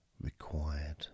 required